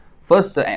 First